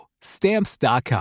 stamps.com